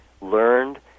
learned